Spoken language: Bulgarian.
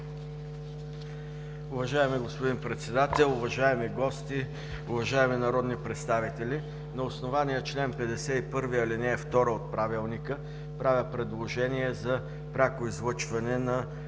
Уважаеми господин Председател, уважаеми гости, уважаеми народни представители! На основание чл. 51, ал. 2 от Правилника правя предложение за пряко излъчване на